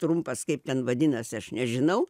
trumpas kaip ten vadinasi aš nežinau